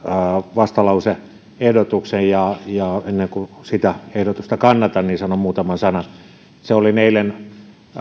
vastalause ehdotuksen ja ja ennen kuin sitä ehdotusta kannatan sanon muutaman sanan olin eilen